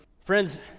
Friends